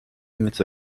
minutes